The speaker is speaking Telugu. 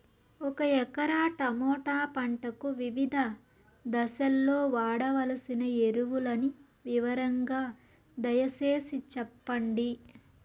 ఒక ఎకరా టమోటా పంటకు వివిధ దశల్లో వాడవలసిన ఎరువులని వివరంగా దయ సేసి చెప్పండి?